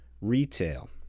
retail